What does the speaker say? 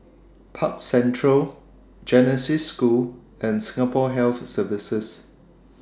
Park Central Genesis School and Singapore Health Services